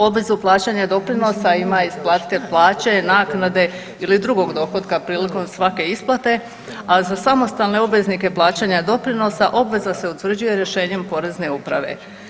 Obvezu plaćanja doprinosa ima isplatitelj plaće, naknade ili drugog dohotka prilikom svake isplate, a za samostalne obveznike plaćanja doprinosa obveza se utvrđuje rješenjem porezne uprave.